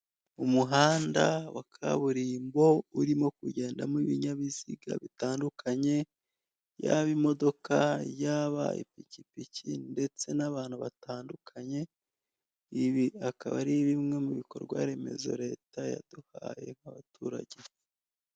Umuhanda wa kaburimbo urimo kugendamo ibinyabiziga bitandukanye, yaba imodoka, yaba ipikipiki ndetse n'abantu batandukanye. Ibi akaba ari bimwe mu bikorwa remezo leta yaduhaye nk'abaturage.